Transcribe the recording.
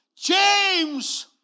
James